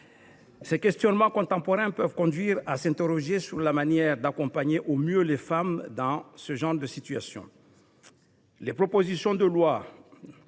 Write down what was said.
Ces questionnements contemporains peuvent conduire à s’interroger sur la manière d’accompagner au mieux les femmes qui subissent de telles situations.